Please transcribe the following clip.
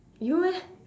you eh